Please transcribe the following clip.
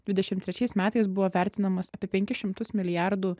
dvidešim trečiais metais buvo vertinamas apie penkis šimtus milijardų